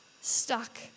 stuck